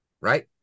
right